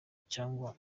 cyangwa